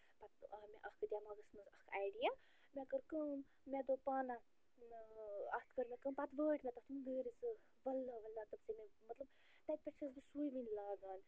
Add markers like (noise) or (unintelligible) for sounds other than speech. پتہٕ آو مےٚ اَکھ دٮ۪ماغَس منٛز اَکھ آیڈِیا مےٚ کٔر کٲم مےٚ دوٚپ پانا اَتھ کٔر مےٚ کٲم پَتہٕ وٲٹۍ مےٚ تَتھ لٔرۍ زٕ (unintelligible) مےٚ دوٚپ تٔمِس مطلَب تَتہِ پٮ۪ٹھ چھَس بہٕ سُے وُنہِ لاگان